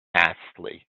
astley